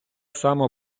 само